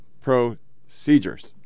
procedures